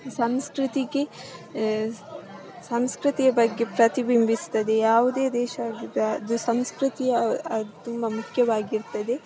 ಸಂಸ್ಕೃತಿಗೆ ಸಂಸ್ಕೃತಿಯ ಬಗ್ಗೆ ಪ್ರತಿಬಿಂಬಿಸ್ತದೆ ಯಾವುದೆ ದೇಶ ಆಗಿದ್ದು ಅದು ಸಂಸ್ಕೃತಿಯ ಅದು ತುಂಬ ಮುಖ್ಯವಾಗಿರ್ತದೆ